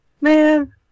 man